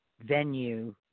venue